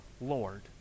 Lord